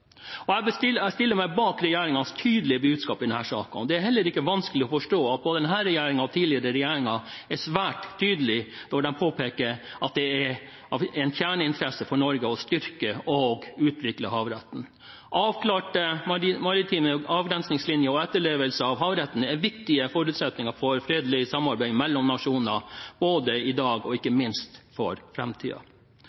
EU. Jeg stiller meg bak regjeringens tydelige budskap i denne saken, og det er heller ikke vanskelig å forstå at både denne regjeringen og tidligere regjeringer er svært tydelige når de påpeker at det er en kjerneinteresse for Norge å styrke og utvikle havretten. Avklarte maritime avgrensningslinjer og etterlevelse av havretten er viktige forutsetninger for fredelig samarbeid mellom nasjoner både i dag og ikke